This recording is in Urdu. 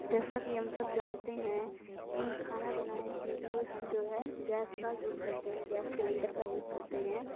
جیسا کی ہم سب جانتے ہیں کہ کھانا بنانے کے لئے ہم جو ہے گیس کا یوز کرتے ہیں گیس سلنڈر کا یوز کرتے ہیں